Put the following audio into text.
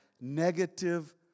negative